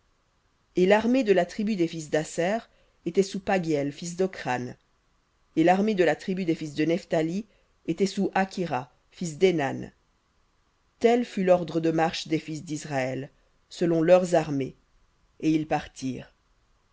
et l'armée de la tribu des fils d'aser était sous paghiel fils docran et l'armée de la tribu des fils de nephthali était sous akhira fils dénan tel fut l'ordre de marche des fils d'israël selon leurs armées et ils partirent